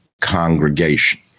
Congregation